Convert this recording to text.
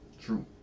true